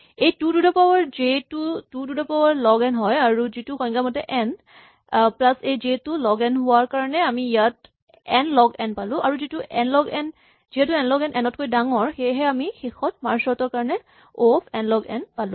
এই two to the power j টো two to the power log n হয় যিটো সংজ্ঞামতে এন প্লাচ এই জে টো লগ এন হোৱা কাৰণে আমি ইয়াত এন লগ এন পালো আৰু যিহেতু এন লগ এন এন তকৈ ডাঙৰ সেয়েহে আমি শেষত মাৰ্জ চৰ্ট ৰ কাৰণে O of n log n পালো